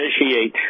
initiate